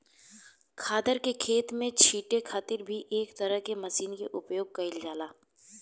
खादर के खेत में छींटे खातिर भी एक तरह के मशीन के उपयोग कईल जाला